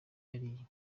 yariye